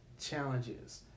challenges